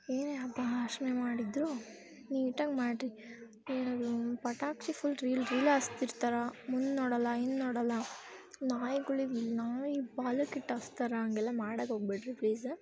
ಏನೇ ಹಬ್ಬ ಆಶ್ನೆ ಮಾಡಿದರೂ ನೀಟಾಗಿ ಮಾಡಿರಿ ಏನದು ಪಟಾಕಿ ಫುಲ್ ರೀಲ್ ರೀಲ್ ಹಸ್ತಿರ್ತಾರ ಮುಂದೆ ನೋಡಲ್ಲ ಹಿಂದೆ ನೋಡಲ್ಲ ನಾಯಿಗಳಿಗೆ ನಾಯಿ ಬಾಲಕ್ಕೆ ಇಟ್ಟು ಹಸ್ತಾರ ಹಾಗೆಲ್ಲ ಮಾಡಕ್ಕೆ ಹೋಗ್ಬೇಡ್ರಿ ಪ್ಲೀಸ್